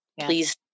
Please